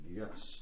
yes